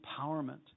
empowerment